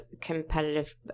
competitive